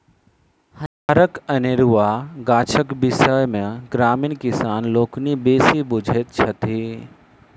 हानिकारक अनेरुआ गाछक विषय मे ग्रामीण किसान लोकनि बेसी बुझैत छथि